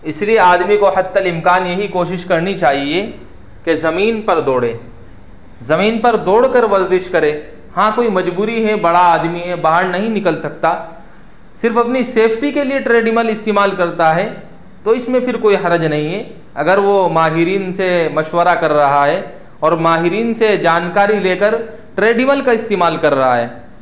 اس لیے آدمی کو حتی الامکان یہی کوشش کرنی چاہیے کہ زمین پر دوڑے زمین پر دوڑ کر ورزش کرے ہاں کوئی مجبوری ہے بڑا آدمی ہے باہر نہیں نکل سکتا صرف اپنی سیفٹی کے لیے ٹریڈمل استعمال کرتا ہے تو اس میں پھر کوئی حرج نہیں ہے اگر وہ ماہرین سے مشورہ کر رہا ہے اور ماہرین سے جانکاری لے کر ٹریڈمل کا استعمال کر رہا ہے